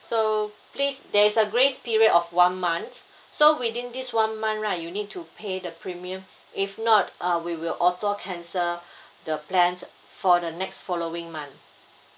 so please there's a grace period of one month so within this one month right you need to pay the premium if not uh we will auto cancel the plan for the next following month